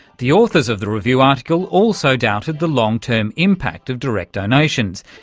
the authors of the review article also doubted the long-term impact of direct donations.